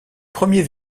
premiers